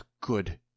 good